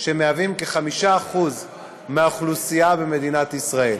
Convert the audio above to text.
שהם כ-5% מהאוכלוסייה במדינת ישראל.